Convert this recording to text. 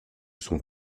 son